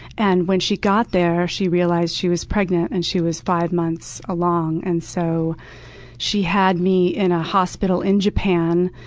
and when she got there, she realized she was pregnant, and she was five months along. and so she had me in a hospital in japan,